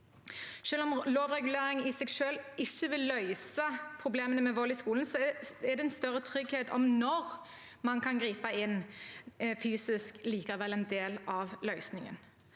Selv om lovregulering i seg selv ikke vil løse problemene med vold i skolen, er en større trygghet for når man kan gripe inn fysisk, likevel en del av løsningen.